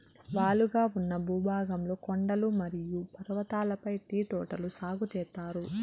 వాలుగా ఉన్న భూభాగంలో కొండలు మరియు పర్వతాలపై టీ తోటలు సాగు చేత్తారు